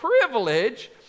privilege